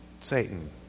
Satan